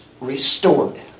restored